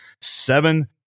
seven